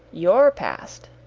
your past.